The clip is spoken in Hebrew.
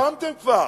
הקמתם כבר.